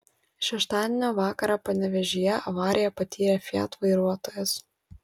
šeštadienio vakarą panevėžyje avariją patyrė fiat vairuotojas